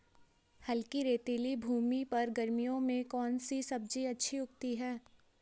हल्की रेतीली भूमि पर गर्मियों में कौन सी सब्जी अच्छी उगती है?